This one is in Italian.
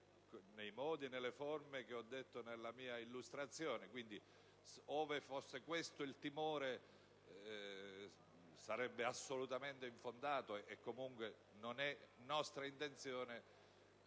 nei modi e nelle forme che ho precisato nella mia illustrazione. Quindi, ove fosse questo il timore, sarebbe assolutamente infondato, e comunque non è nostra intenzione